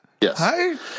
Yes